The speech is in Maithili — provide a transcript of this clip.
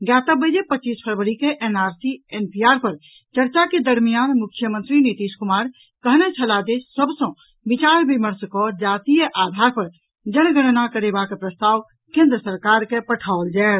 ज्ञातव्य अछि जे पचीस फरवरी के एनआरसी एनपीआर पर चर्चा के दरमियान मुख्यमंत्री नीतीश कुमार कहने छलाह जे सभ सॅ विचार विमर्श कऽ जातीय आधार पर जनगणना करेबाक प्रस्ताव केन्द्र सरकार के पठाओल जायत